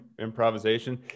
improvisation